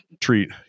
treat